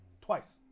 twice